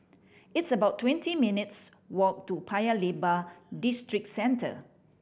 it's about twenty minutes' walk to Paya Lebar Districentre